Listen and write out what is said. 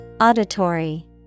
Auditory